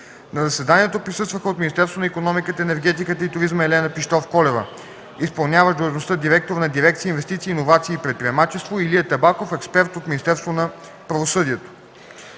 На заседанието присъстваха: от Министерството на икономиката, енергетиката и туризма: Елена Пищовколева – изпълняващ длъжността директор на дирекция „Инвестиции, иновации и предприемачество”, и Илия Табаков – експерт; от Министерството на правосъдието: